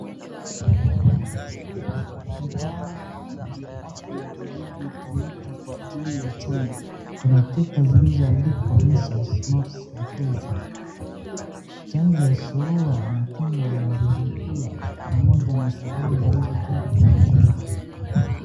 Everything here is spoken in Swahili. Vifaa vya afya vilivyotumika kwa ajili ya chanjo kuna chupa zilizoandikwa measles, mumps ,repulla chanjo surua matendo na viripula pamoja na sindono zilizo tayari kwa matumizi.